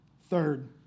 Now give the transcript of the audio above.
Third